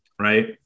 right